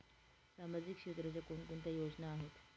सामाजिक क्षेत्राच्या कोणकोणत्या योजना आहेत?